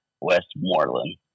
Westmoreland